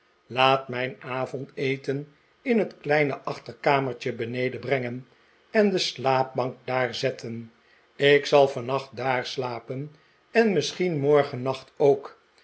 laat mijn avondeten in het kleine achterkamertje beneden brengen en de slaapbank daar zetten ik zal vannacht daar slapen en misschien morgennacht ook